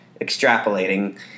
extrapolating